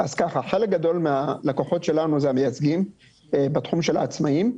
חלק גדול מהלקוחות שלנו אלה הם המייצגים בתחום של העצמאים.